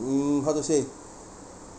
mm how to say